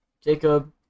Jacob